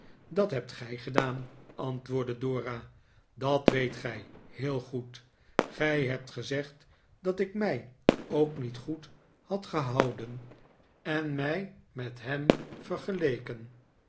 dat hebt gij gedaan antwoordde dora dat weet gij heel goed gij hebt gezegd dat ik mij ook niet goed had gehouden en mij met hem vergeleken